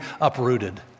uprooted